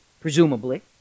presumably